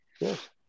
Yes